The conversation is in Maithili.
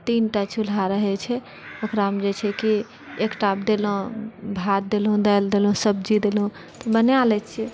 तीन टा चूल्हा रहैत छै ओकरामे जे छै कि एकटामे देलहुँ भात देलहुँ दालि देलहुँ सब्जी देलहुँ बनाइ लैत छियै